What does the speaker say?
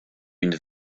une